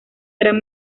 gran